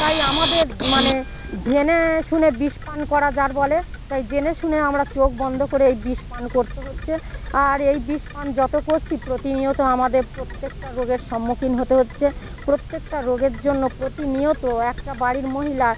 তাই আমাদের মানে জেনে শুনে বিষ পান করা যার ফলে তাই জেনে শুনে আমরা চোখ বন্ধ করে এই বিষ পান করতে হচ্ছে আর এই বিষ পান যত করছি প্রতিনিয়ত আমাদের প্রত্যেকটা রোগের সম্মুখীন হতে হচ্ছে প্রত্যেকটা রোগের জন্য প্রতিনিয়ত একটা বাড়ির মহিলা